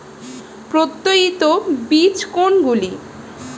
প্রত্যায়িত বীজ কোনগুলি?